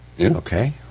Okay